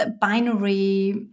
binary